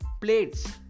plates